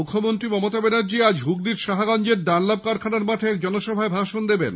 মুখ্যমন্ত্রী মমতা ব্যানার্জী আজ হুগলীর সাহাগঞ্জের ডানলপ কারখানার মাঠে এক জনসভায় ভাষণ দেবেন